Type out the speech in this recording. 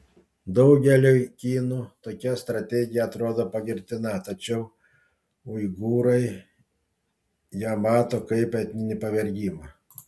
daugeliui kinų tokia strategija atrodo pagirtina tačiau uigūrai ją mato kaip etninį pavergimą